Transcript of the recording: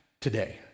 today